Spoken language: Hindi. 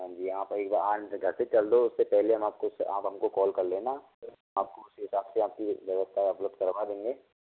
हाँ जी आप एक बार आनदो घर से चलदो उस से पहले हम आपको आप हमको कॉल कर लेना आपको उसी हिसाब से आपको आपकी व्यवस्था उपलब्ध करवा देंगे